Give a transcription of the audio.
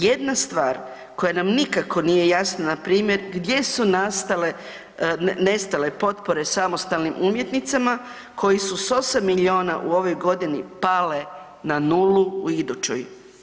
Jedna stvar koja nam nikako nije jasna, npr. gdje su nastale, nestale potpore samostalnim umjetnicama koje su s 8 milijuna u ovoj godini pale na nulu u idućoj.